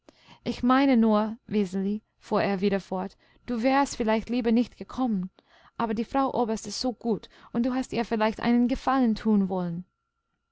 ich meine nur wiseli fuhr er wieder fort du wärest vielleicht lieber nicht gekommen aber die frau oberst ist so gut und du hast ihr vielleicht einen gefallen tun wollen